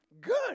good